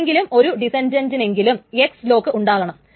ഏതെങ്കിലും ഒരു ഡിസന്റന്റിനെങ്കിലും X ലോക്ക് ഉണ്ടാകണം